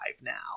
now